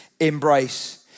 embrace